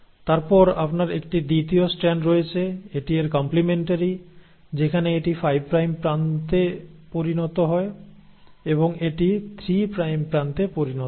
তারপরে আপনার একটি দ্বিতীয় স্ট্র্যান্ড রয়েছে এটি এর কম্প্লিমেন্টারি যেখানে এটি 5 প্রাইম প্রান্তে পরিণত হয় এবং এটি 3 প্রাইম প্রান্তে পরিণত হয়